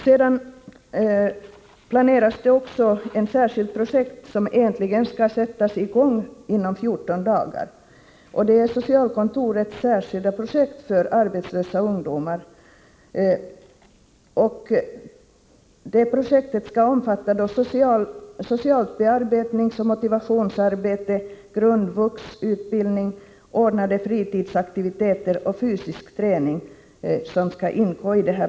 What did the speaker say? Det planeras också ett särskilt projekt, som skall sättas i gång inom 14 dagar. Detta är socialkontorets särskilda projekt för arbetslösa ungdomar. Projektet skall omfatta socialt bearbetningsoch motivationsarbete, grundvux-utbildning, ordnade fritidsaktiviteter och fysisk träning.